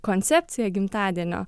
koncepciją gimtadienio